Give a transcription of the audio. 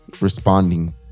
responding